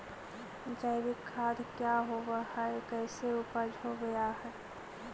जैविक खाद क्या होब हाय कैसे उपज हो ब्हाय?